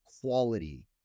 quality